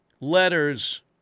letters –